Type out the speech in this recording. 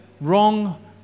wrong